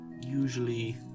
usually